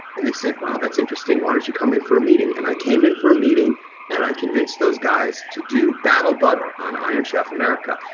and they said, wow, that's interesting. why don't you come in for a meeting. and i came in for a meeting and i convinced those guys to do battle butter on iron chef america.